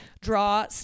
draw